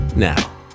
Now